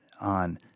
on